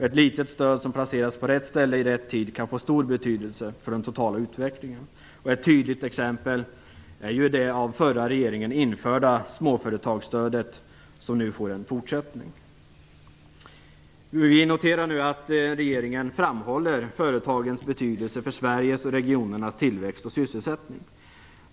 Ett litet stöd som placeras på rätt ställe i rätt tid kan få stor betydelse för den totala utvecklingen. Ett tydligt exempel på det är det av förra regeringen införda småföretagsstödet, som nu får en fortsättning. Vi noterar att regeringen framhåller företagens betydelse för Sveriges och regionernas tillväxt och sysselsättning.